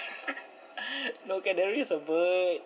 no canary is a bird